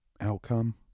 outcome